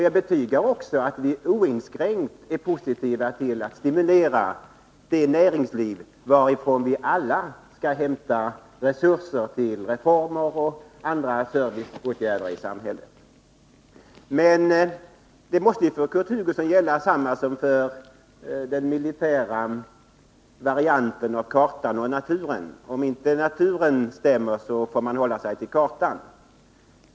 Jag betygar också att vi oinskränkt är positiva till att stimulera det näringsliv varifrån vi alla skall hämta resurser till reformer och andra serviceåtgärder i samhället. Men också för Kurt Hugosson måste gälla detsamma som det som tas uppi den militära varianten av historien om kartan och naturen, där anvisningen lydde: Om naturen inte stämmer, får man hålla sig till kartan.